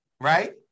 right